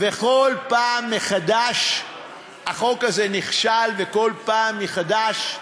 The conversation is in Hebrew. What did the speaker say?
בכל פעם מחדש החוק הזה נכשל, כל פעם מחדש.